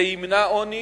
זה ימנע עוני,